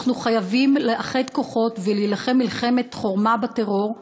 אנחנו חייבים לאחד כוחות ולהילחם מלחמת חורמה בטרור,